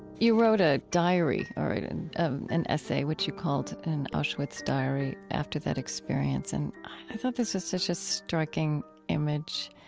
you wrote a diary or and um an essay, what you called an auschwitz diary, after that experience. and i thought this was such a striking image.